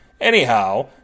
Anyhow